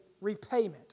repayment